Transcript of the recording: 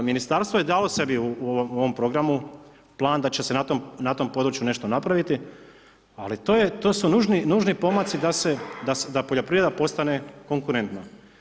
Ministarstvo je dalo sebi u ovom programu, plan da će se na tom području nešto napraviti, ali to su nužni pomaci da poljoprivreda postane konkurentna.